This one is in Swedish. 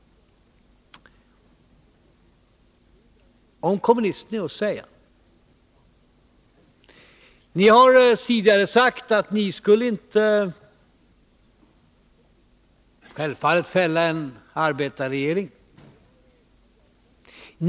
Till kommunisterna vill jag säga: Ni har tidigare sagt att ni självfallet inte skulle fälla en arbetarregering.